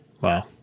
Wow